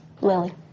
Lily